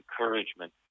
encouragement